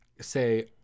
say